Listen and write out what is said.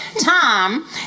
Tom